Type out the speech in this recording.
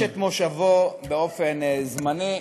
נוטש את מושבו באופן זמני.